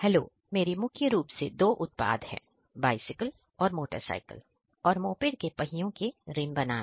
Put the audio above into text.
hello हमारी मुख्य रूप से 2 उत्पाद हैं बाइसिकल और मोटरसाइकिल और मोपेड के पहियों के रिम बनाना